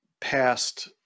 past